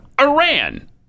Iran